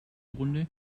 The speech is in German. runde